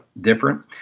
different